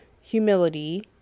humility